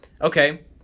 okay